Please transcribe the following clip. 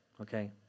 okay